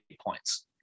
points